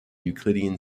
euclidean